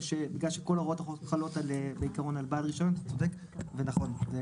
בגלל שכל הוראות החוק חלות בעיקרון על בעל הרישיון אתה צודק וזה נכון.